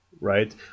Right